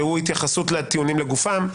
שהיא התייחסות לטיעונים לגופם.